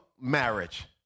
Marriage